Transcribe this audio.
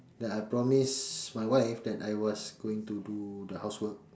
that I promise my wife that I was going to do the house work